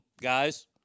guys